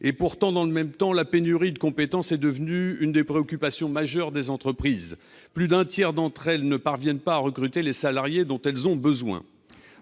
Et pourtant, dans le même temps, la pénurie de compétences est devenue une des préoccupations majeures des entreprises. Plus d'un tiers d'entre elles ne parviennent pas à recruter les salariés dont elles ont besoin.